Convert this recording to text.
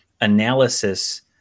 analysis